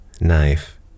knife